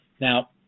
Now